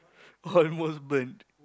almost burnt